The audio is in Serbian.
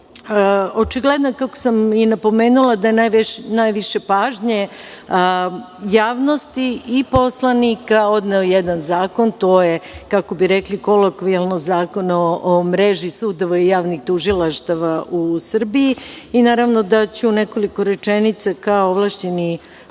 postoji. Očigledno, kako sam i napomenula, da je najviše pažnje javnosti i poslanika odneo jedan zakon, a to je, kako bi rekli kolokvijalno, Zakon o mreži sudova i javnih tužilaštava u Srbiji i naravno da ću u nekoliko rečenica kao ovlašćeni